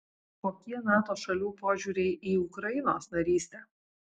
kokie nato šalių požiūriai į ukrainos narystę